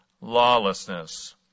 lawlessness